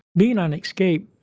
being on escape,